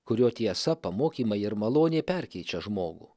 kurio tiesa pamokymai ir malonė perkeičia žmogų